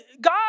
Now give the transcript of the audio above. God